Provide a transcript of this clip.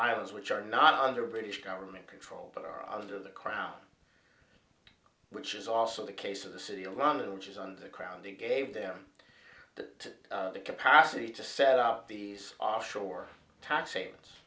islands which are not under british government control but are under the crown which is also the case of the city of london which is on the crown they gave them that capacity to set up these offshore tax